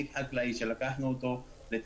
אם מגיע תיק חקלאי שלקחנו אותו לטיפולנו,